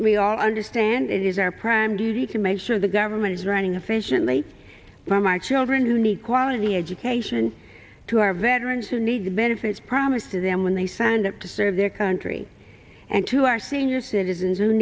all understand it is our prime duty can make sure the government is running efficiently for my children who need quality education to our veterans who need the benefits promised to them when they signed up to serve their country and to our senior citizens